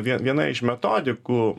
vie viena iš metodikų